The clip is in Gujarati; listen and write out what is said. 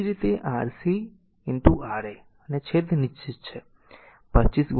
એ જ રીતે Rc Ra અને છેદ નિશ્ચિત છે